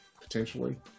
potentially